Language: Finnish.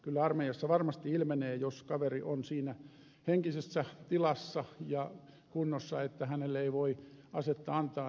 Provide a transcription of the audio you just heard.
kyllä armeijassa varmasti ilmenee jos kaveri on siinä henkisessä tilassa ja kunnossa että hänelle ei voi asetta antaa